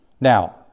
Now